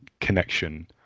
connection